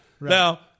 Now